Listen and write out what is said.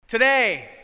Today